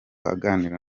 aganira